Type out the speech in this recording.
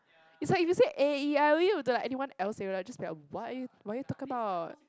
is like if you say A E I O U do like anyone else even like what are you what are you talking about